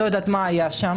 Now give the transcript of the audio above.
אני לא יודעת מה היה שם.